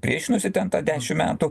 priešinosi ten tą dešim metų